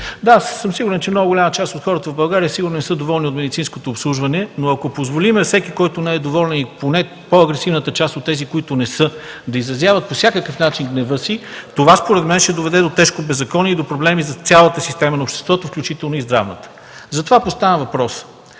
аз съм сигурен, че много голяма част от хората в България сигурно не са доволни от медицинското обслужване, но ако позволим на всеки, който не е доволен, или поне по-агресивната част от тези, които не са, да изразяват по всякакъв начин гнева си, според мен това ще доведе до тежко беззаконие и до проблеми за цялата система на обществото, включително и здравната. Затова поставям въпроса.